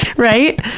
right?